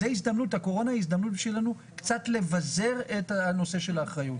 הקורונה עבורנו היא הזדמנות קצת לבזר את הנושא של האחריות.